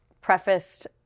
prefaced